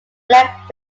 black